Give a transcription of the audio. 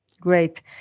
Great